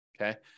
okay